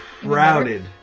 Crowded